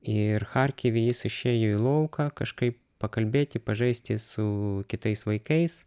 ir charkive jis išėjo į lauką kažkaip pakalbėti pažaisti su kitais vaikais